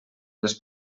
les